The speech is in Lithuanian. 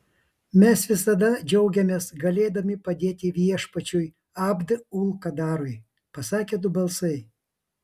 mes visada džiaugiamės galėdami padėti viešpačiui abd ul kadarui pasakė du balsai